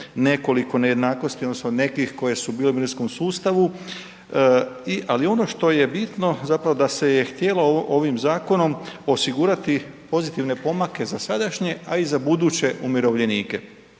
nekoliko nejednakosti odnosno nekih koje su bile u mirovinskom sustavu ali ono što je bitno zapravo da se je htjelo zakonom osigurati pozitivne pomake za sadašnje a i za buduće umirovljenike.